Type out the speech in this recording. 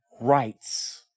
rights